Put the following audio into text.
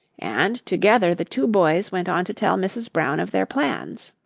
and together the two boys went on to tell mrs. brown of their plans.